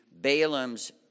Balaam's